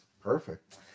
Perfect